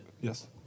yes